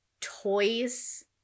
toys